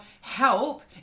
help